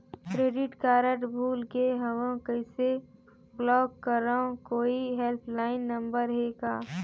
Credit card भुला गे हववं कइसे ब्लाक करव? कोई हेल्पलाइन नंबर हे का?